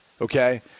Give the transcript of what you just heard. okay